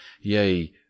yea